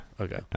Okay